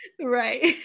Right